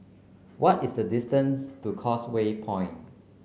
what is the distance to Causeway Point